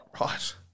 Right